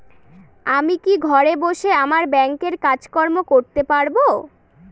আমি কি ঘরে বসে আমার ব্যাংকের কাজকর্ম করতে পারব?